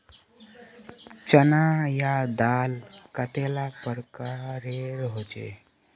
चना या दाल कतेला प्रकारेर होचे?